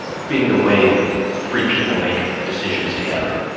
being the way free people make decisions together.